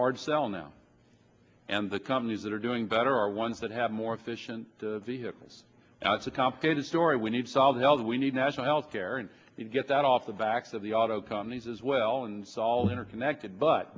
hard sell now and the companies that are doing better are ones that have more efficient vehicles now it's a complicated story we need solved all that we need national health care and get that off the backs of the auto companies as well and solve interconnected but